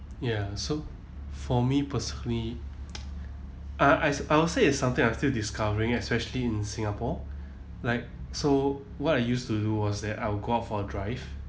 ya so for me personally uh I I would say is something I'm still discovering especially in singapore like so what I used to do was that I'll go out for a drive